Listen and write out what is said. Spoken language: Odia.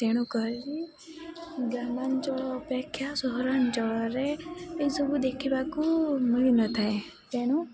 ତେଣୁକରି ଗ୍ରାମାଞ୍ଚଳ ଅପେକ୍ଷା ସହରାଞ୍ଚଳରେ ଏସବୁ ଦେଖିବାକୁ ମିଳିନଥାଏ ତେଣୁ